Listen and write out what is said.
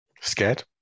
scared